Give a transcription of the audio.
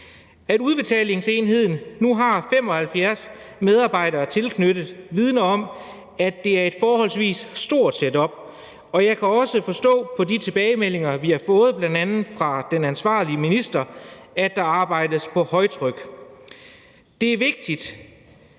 At udbetalingsenheden nu har 75 medarbejdere tilknyttet, vidner om, at det er et forholdsvis stort setup, og jeg kan også forstå på de tilbagemeldinger, vi har fået fra bl.a. den ansvarlige minister, at der arbejdes på højtryk. Det er vigtigt,